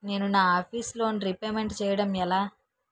నేను నా office loan repayment చేయడం ఎలా?